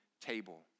table